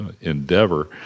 endeavor